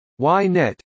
Ynet